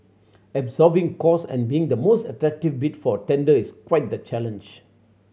absorbing cost and being the most attractive bid for a tender is quite the challenge